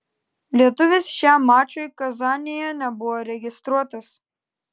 lietuvis šiam mačui kazanėje nebuvo registruotas